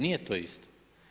Nije to isto.